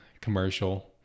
commercial